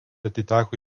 atiteko